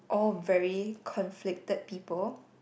all very conflicted people